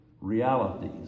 realities